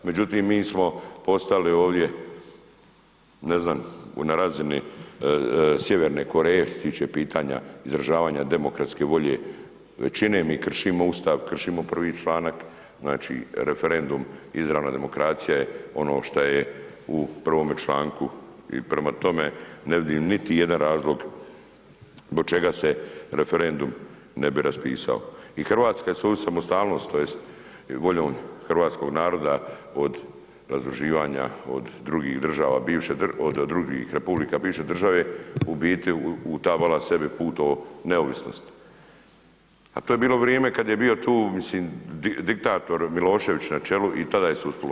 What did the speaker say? Međutim, mi smo postali ovdje ne znam na razini Sjeverne Koreje što se tiče pitanja izražavanja demokratske volje većine, mi kršimo Ustav, kršimo prvi članak znači referendum izravne demokracije je ono šta je u prvome članku i prema tome ne vidim niti jedan razlog zbog čega se referendum ne bi raspisao i RH je svoju samostalnost tj. voljom hrvatskog naroda od razduživanja od drugih država, od drugih republika bivše države u biti utabala sebi put o neovisnosti, a to je bilo vrijeme kad je bio tu mislim diktator Milošević na čelu i tada je se uspilo.